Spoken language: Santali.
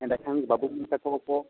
ᱮᱸᱰᱮ ᱠᱷᱟᱱ ᱵᱟᱹᱵᱩ ᱢᱟᱹᱭ ᱛᱟᱠᱚ ᱠᱚ